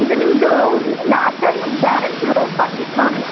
ಈಗ ನಿಮ್ಮದೂ ಲಾಸ್ಟ್ ಟೈಮಿದ್ದು ಬ್ಯಾಲೆನ್ಸೂ ಬಾಕಿ ಇತ್ತು ನೋಡಿರಿ